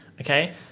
okay